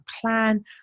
plan